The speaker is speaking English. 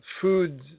Food